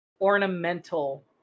ornamental